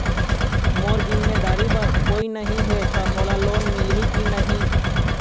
मोर जिम्मेदारी बर कोई नहीं हे त मोला लोन मिलही की नहीं?